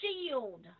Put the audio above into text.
shield